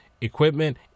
equipment